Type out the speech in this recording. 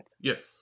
yes